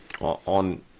on